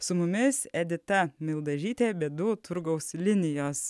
su mumis edita mildažytė bėdų turgaus linijos